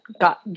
got